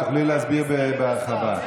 את תוכלי להסביר בהרחבה.